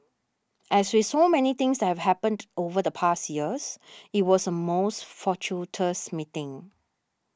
as with so many things have happened over the past years it was a most fortuitous meeting